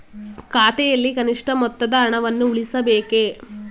ಖಾತೆಯಲ್ಲಿ ಕನಿಷ್ಠ ಮೊತ್ತದ ಹಣವನ್ನು ಉಳಿಸಬೇಕೇ?